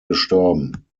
gestorben